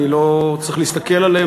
אני לא צריך להסתכל עליהם,